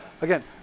again